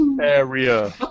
area